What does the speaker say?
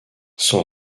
son